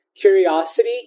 curiosity